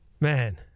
man